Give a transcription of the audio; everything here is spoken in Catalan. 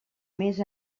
més